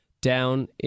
down